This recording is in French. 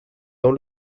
dans